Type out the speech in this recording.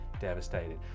devastated